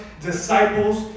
disciples